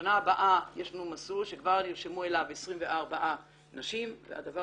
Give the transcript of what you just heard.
בשנה הבאה יש לנו מסלול שכבר נרשמו אליו 24 נשים והדבר